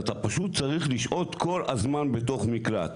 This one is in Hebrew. אתה פשוט צריך לשהות כל הזמן בתוך מקלט.